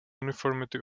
uniformity